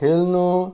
खेल्नु